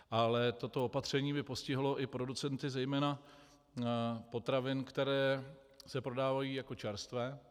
Ale toto opatření by postihlo i producenty zejména potravin, které se prodávají jako čerstvé.